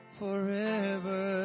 forever